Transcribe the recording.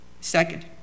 Second